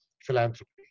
philanthropy